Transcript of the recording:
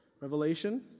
Revelation